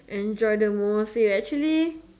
enjoy the most it actually